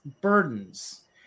burdens